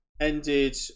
ended